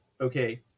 okay